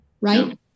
right